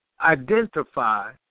identify